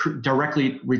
directly